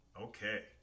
Okay